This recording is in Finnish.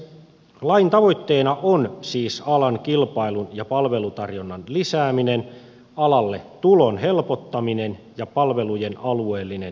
lain tavoitteena on siis alan kilpailun ja palvelutarjonnan lisääminen alalle tulon helpottaminen ja palvelujen alueellinen turvaaminen